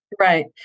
Right